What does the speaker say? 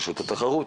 מרשות התחרות.